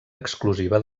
exclusiva